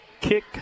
kick